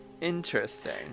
Interesting